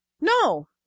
No